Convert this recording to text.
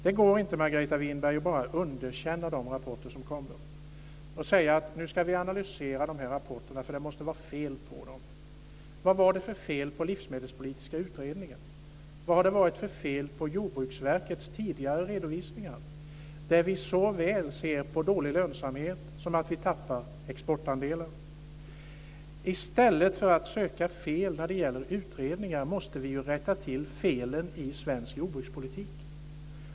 Det går inte, Margareta Winberg, att bara underkänna de rapporter som kommer och säga att vi nu ska analysera rapporterna för det måste vara fel på dem. Vad var det för fel på Livsmedelspolitiska utredningen? Vad har det varit för fel på Jordbruksverkets tidigare redovisningar? Där ser vi såväl dålig lönsamhet som att vi tappar exportandelar. I stället för att söka fel när det gäller utredningar måste vi rätta till felen i svensk jordbrukspolitik.